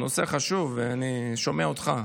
נושא חשוב, ואני שומע אותך.